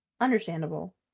Understandable